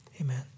amen